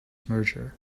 merger